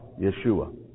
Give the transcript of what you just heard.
Yeshua